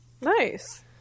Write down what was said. Nice